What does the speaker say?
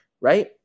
Right